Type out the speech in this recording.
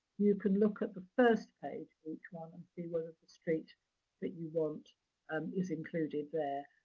you can look at the first page of each one and see whether the street that you want um is included there.